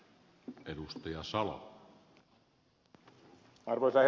arvoisa herra puhemies